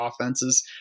offenses